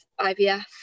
IVF